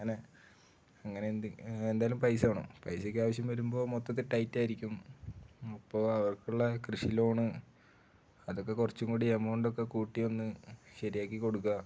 അങ്ങനെ അങ്ങനെന്ത് എന്തായാലും പൈസ വേണം പൈസയ്ക്ക് ആവശ്യം വരുമ്പോള് മൊത്തത്തില് ടൈറ്റായിരിക്കും അപ്പോള് അവർക്കുള്ള കൃഷി ലോണ് അതൊക്കെ കുറച്ചുംകൂടി എമൗണ്ടൊക്കെ കൂട്ടിയൊന്നു ശരിയാക്കിക്കൊടുക്കുക